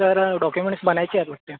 sir documents बनायच्या आहेत नुसत्या